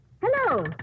Hello